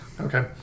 okay